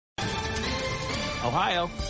Ohio